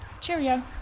cheerio